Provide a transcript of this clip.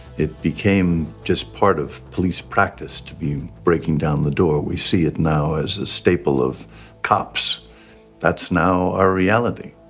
it became just part of police practice to be breaking down the door. we see it now as a staple of cops that's now our reality.